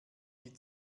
die